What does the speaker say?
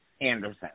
Anderson